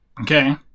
Okay